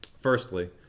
Firstly